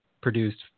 produced